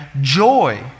joy